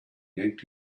yanked